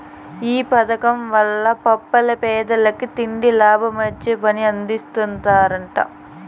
ఈ పదకం వల్ల పల్లెల్ల పేదలకి తిండి, లాభమొచ్చే పని అందిస్తరట